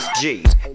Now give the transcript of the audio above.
G's